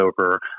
over